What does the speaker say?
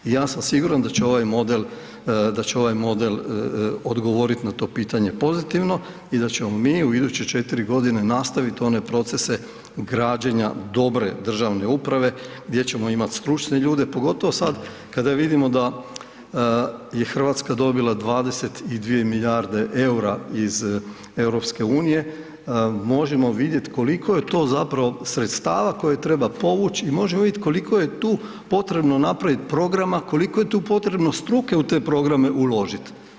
I ja sam siguran da će ovaj model, da će ovaj model odgovoriti na to pitanje pozitivno i da ćemo mi u iduće 4 godine nastaviti one procese građenja dobre državne uprave gdje ćemo imati stručne ljude, pogotovo sada kada vidimo da je Hrvatska dobila 22 milijarde eura iz EU, možemo vidjeti koliko je to zapravo sredstava koje treba povući i možemo vidjeti koliko je tu potrebno napraviti programa, koliko je tu potrebno struke u te programe uložiti.